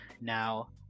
Now